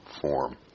form